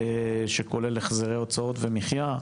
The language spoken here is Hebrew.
שכולל החזרי הוצאות ומחיה.